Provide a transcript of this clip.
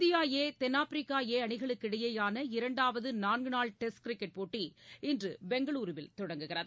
India A தென்னாப்பிரிக்கா ஏஅணிகளுக்கிடையேயான இரண்டாவதுநான்குநாள் டெஸ்ட் கிரிக்கெட் போட்டி இன்றுபெங்களுருவில் தொடங்குகிறது